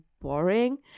boring